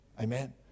Amen